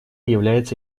является